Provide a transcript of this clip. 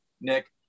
Nick